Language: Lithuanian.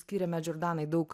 skyrėme džordanai daug